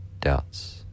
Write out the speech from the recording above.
doubts